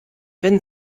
wenn